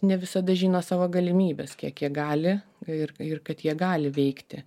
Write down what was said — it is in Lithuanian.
ne visada žino savo galimybes kiek jie gali ir ir kad jie gali veikti